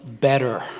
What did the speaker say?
better